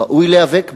ראוי להיאבק בה,